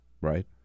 right